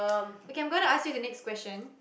okay I am gonna ask you the next question